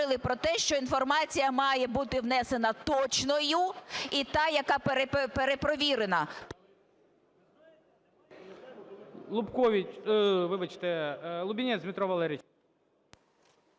говорили про те, що інформація має бути внесена точною і та, яка перепровірена.